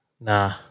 Nah